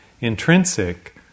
intrinsic